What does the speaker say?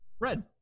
red